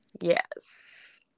yes